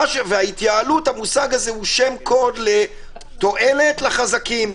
התייעלות המושג הזה הוא שם קוד לתועלת לחזקים.